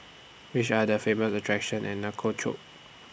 Which Are The Famous attractions in Nouakchott